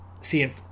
Seeing